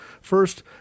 First